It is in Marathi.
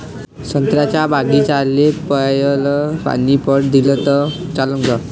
संत्र्याच्या बागीचाले पयलं पानी पट दिलं त चालन का?